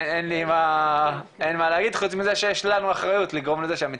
אין לי מה להגיד חוץ מזה שיש לנו אחריות שהמציאות